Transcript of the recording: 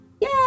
Yay